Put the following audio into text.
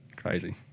crazy